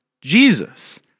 Jesus